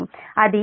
అది 1